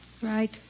Right